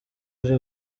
ari